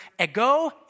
ego